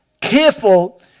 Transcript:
careful